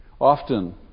often